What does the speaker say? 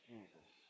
Jesus